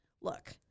look